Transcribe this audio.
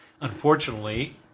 Unfortunately